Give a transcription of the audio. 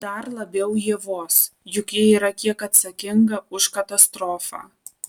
dar labiau ievos juk ji yra kiek atsakinga už katastrofą